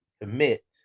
commit